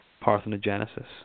parthenogenesis